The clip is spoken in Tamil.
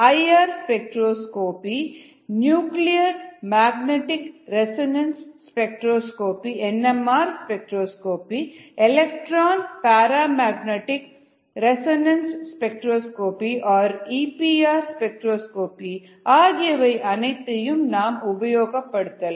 ஐ R spectroscopy nuclear magnetic resonance spectroscopy electron paramagnetic resonance spectroscopy ஆகியவை அனைத்தையும் நாம் உபயோகப்படுத்தலாம்